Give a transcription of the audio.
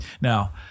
Now